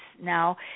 now